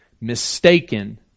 mistaken